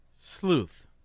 Sleuth